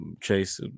Chase